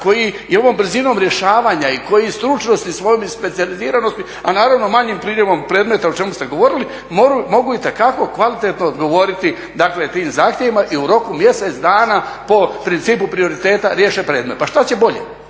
koji je i ovom brzinom rješavanja i koje stručnosti i svojom specijaliziranosti, a naravno manjim priljevom predmeta o čemu ste govorili mogu itekako kvalitetno odgovoriti tim zahtjevima i u roku mjesec dana po principu prioriteta riješe predmet. pa šta će bolje,